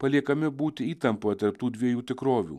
paliekami būti įtampoje tarp tų dviejų tikrovių